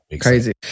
Crazy